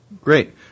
Great